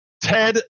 Ted